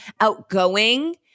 outgoing